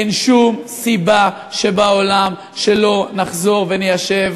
אין שום סיבה שבעולם שלא נחזור וניישב